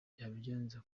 yabigenza